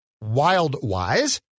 wild-wise